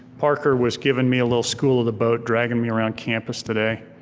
parker was giving me a little school of the boat, dragging me around campus today.